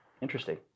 interesting